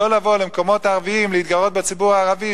לא לבוא למקומות ערביים להתגרות בציבור הערבי,